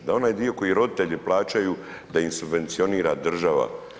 Da onaj dio koji roditelji plaćaju, da im subvencionira država.